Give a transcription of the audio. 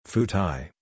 Futai